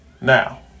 Now